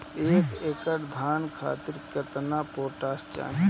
एक एकड़ धान खातिर केतना पोटाश चाही?